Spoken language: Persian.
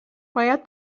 باید